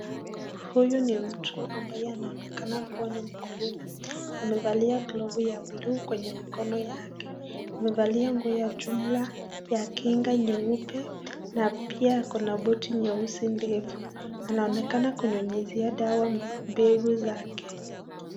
Huyu ni mtu ambaye anonekana kuwa ni mkulima amevalia glovu ya blue kwenye mkono yake, amevalia nguo ya jumla ya kinga nyeupe na pia akona boti nyeusi, anaonekana kunyunyuzia dawa kwenye mbegu zake.